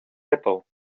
apple